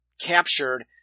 captured